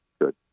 good